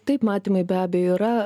taip matymai be abejo yra